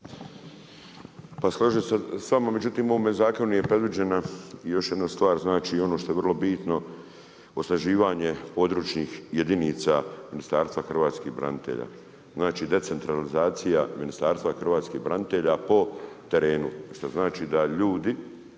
Pa složio bi se s vama, međutim u ovom zakonu je predviđena još jedna stvar. Znači ono što je vrlo bitno, osnaživanje područnih jedinica Ministarstva hrvatskih branitelja. Znači decentralizacija Ministarstva hrvatskih branitelja po terenu što znači da ljudi